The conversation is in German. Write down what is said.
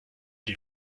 dir